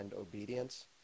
obedience